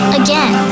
again